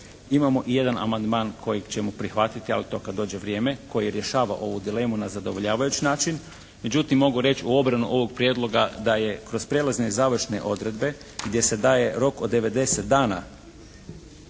imamo i jedan amandman kojeg ćemo prihvatiti, ali to kada dođe vrijeme, koji rješava ovu dilemu na zadovoljavajući način. Međutim mogu reći u obranu ovog prijedloga da je kroz prijelazne i završne odredbe gdje se daje rok od 90 dana